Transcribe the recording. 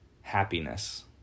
happiness